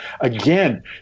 again